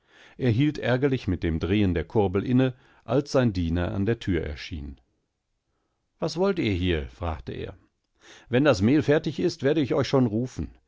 hielt ärgerlich mit dem drehen der kurbel inne alssenidienerandertürerschien was wollt ihr hier fragte er wenn das mehl fertig ist werde ich euch schon rufen